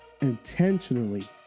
intentionally